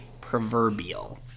proverbial